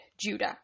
Judah